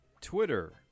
Twitter